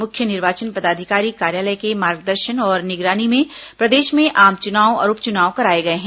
मुख्य निर्वाचन पदाधिकारी कार्यालय के मार्गदर्शन और निगरानी में प्रदेश में आम चुनाव और उप चुनाव कराए गए हैं